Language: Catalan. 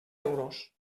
euros